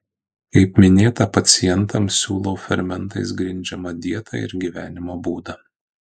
kaip minėta pacientams siūlau fermentais grindžiamą dietą ir gyvenimo būdą